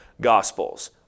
gospels